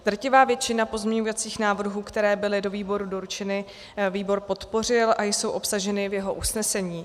Drtivou většinu pozměňovacích návrhů, které byly do výboru doručeny, výbor podpořil a jsou obsaženy v jeho usnesení.